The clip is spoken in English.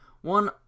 one